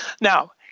Now